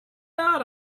out